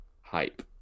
hype